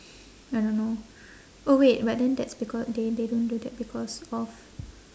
I don't know oh wait but then that's because they they don't do that because of